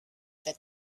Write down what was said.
that